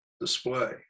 display